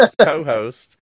co-host